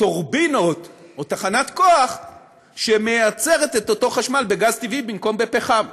טורבינות או תחנת כוח שמייצרת את אותו חשמל בגז טבעי במקום בפחם.